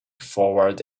forward